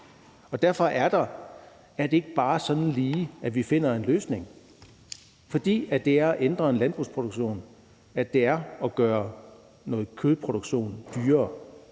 og derfor er det ikke bare sådan lige at finde en løsning. For det vil ændre landbrugsproduktionen, hvis man gør noget kødproduktion dyrere.